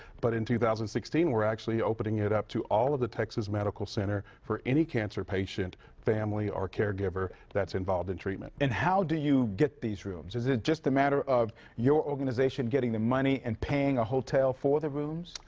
but in two thousand and sixteen, we're actually opening it up to all of the texas medical center for any cancer patient, family or caregiver that's involved in treatment. and how do you get these rooms? is it just a matter of your organization getting the money and paying a hotel for the rooms?